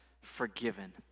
forgiven